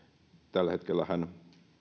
tällä hetkellähän